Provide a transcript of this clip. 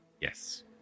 Yes